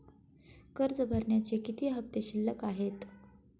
कर्ज भरण्याचे किती हफ्ते शिल्लक आहेत?